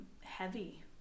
heavy